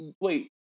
wait